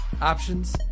options